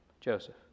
Joseph